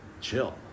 chill